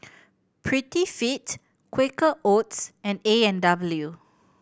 Prettyfit Quaker Oats and A and W